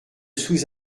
sous